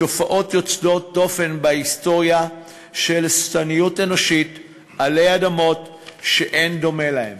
תופעות יוצאות דופן בהיסטוריה של שטניות אנושית עלי אדמות שאין דומה לה,